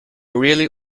really